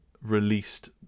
released